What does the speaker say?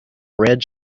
red